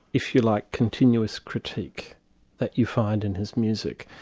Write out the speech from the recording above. if you like, continuous critique that you find in his music.